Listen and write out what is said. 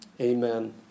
Amen